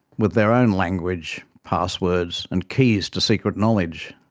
with their own language, passwords and keys to secret knowledge.